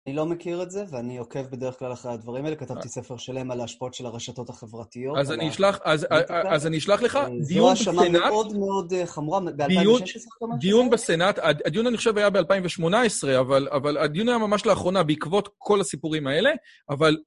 אני לא מכיר את זה, ואני עוקב בדרך כלל אחרי הדברים האלה, כתבתי ספר שלם על ההשפעות של הרשתות החברתיות. אז אני אשלח לך דיון בסנאט. זו האשמה מאוד מאוד חמורה, ב-2016, זאת אומרת? דיון בסנאט, הדיון אני חושב היה ב-2018, אבל הדיון היה ממש לאחרונה, בעקבות כל הסיפורים האלה, אבל...